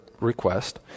request